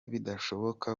bidashoboka